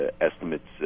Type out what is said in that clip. estimates